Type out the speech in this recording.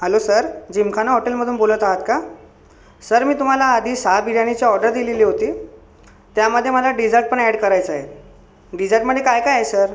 hello sir Gymkhana हॉटेलमधून बोलत आहात का सर मी तुम्हाला आधी सहा बिर्याणीची ऑर्डर दिलेली होती त्यामध्ये मला डिझर्टपण अॅड करायचंय डिझर्टमधे काय काय आहे सर